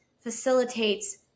facilitates